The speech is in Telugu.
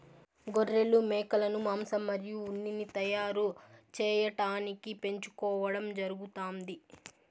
గొర్రెలు, మేకలను మాంసం మరియు ఉన్నిని తయారు చేయటానికి పెంచుకోవడం జరుగుతాంది